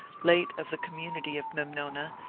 late of the com munity of memnona,